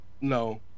No